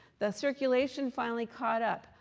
the circulation finally caught up.